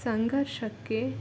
ಸಂಘರ್ಷಕ್ಕೆ